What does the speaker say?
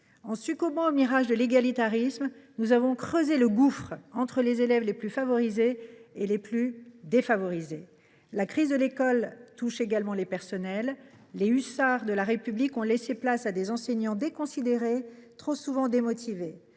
En succombant au mirage de l’égalitarisme, nous avons creusé un gouffre entre élèves, séparant les plus favorisés des plus défavorisés. La crise de l’école touche également les personnels. Les hussards de la République ont laissé place à des enseignants déconsidérés et trop souvent démotivés